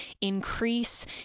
increase